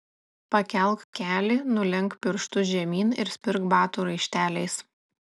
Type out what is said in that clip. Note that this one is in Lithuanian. pakelk kelį nulenk pirštus žemyn ir spirk batų raišteliais